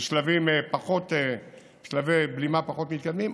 בשלבי בלימה פחות מתקדמים,